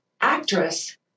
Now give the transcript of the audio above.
actress